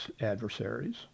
adversaries